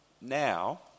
now